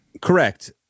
Correct